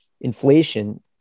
inflation